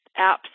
apps